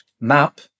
map